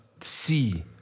see